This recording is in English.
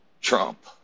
Trump